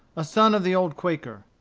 a son of the old quaker.